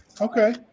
Okay